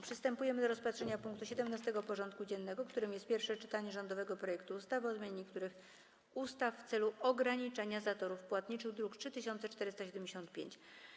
Przystępujemy do rozpatrzenia punktu 17. porządku dziennego: Pierwsze czytanie rządowego projektu ustawy o zmianie niektórych ustaw w celu ograniczenia zatorów płatniczych (druk nr 3475)